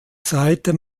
seite